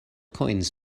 coins